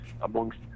amongst